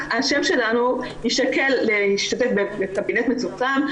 השם שלנו יישקל להשתתף בקבינט מצומצם.